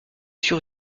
sur